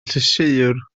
llysieuwr